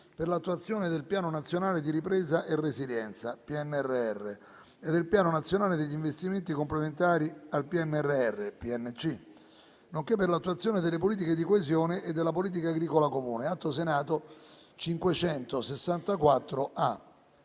per l'attuazione del Piano nazionale di ripresa e resilienza (PNRR) e del Piano nazionale degli investimenti complementari al PNRR (PNC), nonché per l'attuazione delle politiche di coesione e della politica agricola comune" (564)